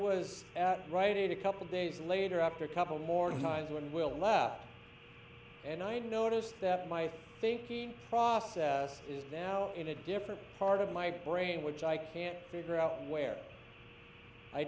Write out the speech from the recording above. was right in a couple days later after a couple more times when will left and i noticed that my thinking process is now in a different part of my brain which i can't figure out where i